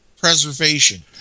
preservation